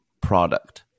product